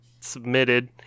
submitted